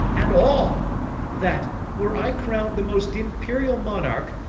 and all that were i crown'd the most imperial monarch,